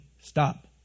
Stop